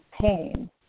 pain